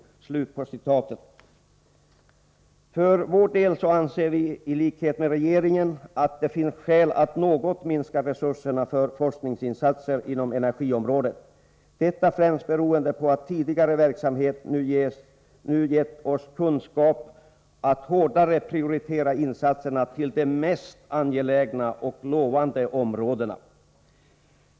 För vår del anser vi i likhet med regeringen att det finns skäl att något minska resurserna för forskningsinsatser inom energiområdet, detta främst beroende på att tidigare verksamhet nu gett oss kunskap att hårdare prioritera insatserna till de mest angelägna och lovande områdena.